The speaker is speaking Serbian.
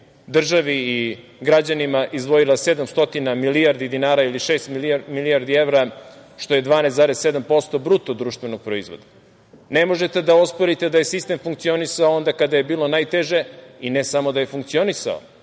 državi i građanima, izdvojili 700 milijardi dinara ili šest milijardi evra, što je 12,7% BDP. Ne možete da osporite da je sistem funkcionisao onda kada je bilo najteže i ne samo da je funkcionisao,